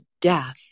death